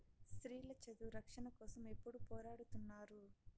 స్త్రీల చదువు రక్షణ కోసం ఎప్పుడూ పోరాడుతున్నారు